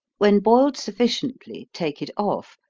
when boiled sufficiently, take it off,